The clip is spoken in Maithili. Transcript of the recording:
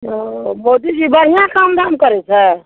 ओ मोदीजी बढ़िआँ काम धाम करै छै